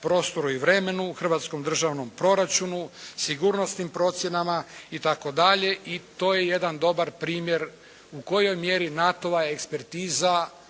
prostoru i vremenu u hrvatskom državnom proračunu, sigurnosnim procjenama itd. i to je jedan dobar primjer u kojoj mjeri NATO-ova ekspertiza